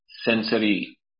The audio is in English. sensory